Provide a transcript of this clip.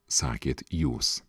sakėt jūs